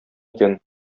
икән